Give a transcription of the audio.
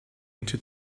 into